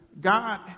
God